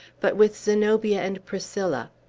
but with zenobia and priscilla.